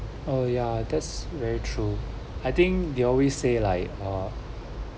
oh yeah that's very true I think they always say like uh